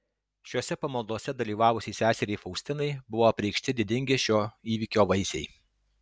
šiose pamaldose dalyvavusiai seseriai faustinai buvo apreikšti didingi šio įvyko vaisiai